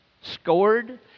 scored